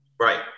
Right